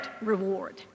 reward